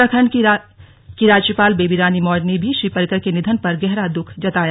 उत्तराखंड की राज्यपाल बेबी रानी मौर्य ने भी श्री पर्रिकर के निधन पर गहरा दुःख जताया